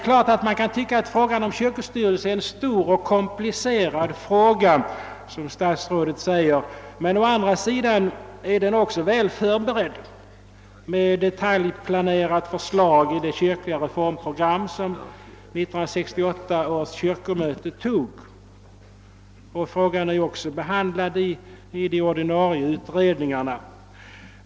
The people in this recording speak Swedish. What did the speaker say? Man kan givetvis tycka att frågan om kyrkostyrelse är stor och komplicerad, som statsrådet säger, men å andra sidan är frågan också väl förberedd med detaljplanerat förslag om det kyrkliga reformprogram som 1968 års kyrkomöte antog. Likaså är frågan behandlad i de ordinarie utredningarna.